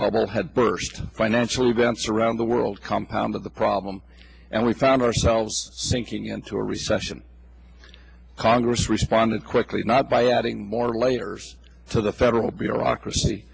bubble had burst financial events around the world compound the problem and we found ourselves sinking into a recession congress responded quickly not by adding more layers to the federal bureaucracy